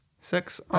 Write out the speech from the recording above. six